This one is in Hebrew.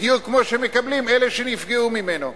בדיוק כמו שמקבלים אלה שנפגעו ממנו.